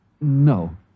No